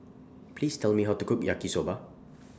Please Tell Me How to Cook Yaki Soba